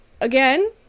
again